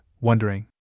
wondering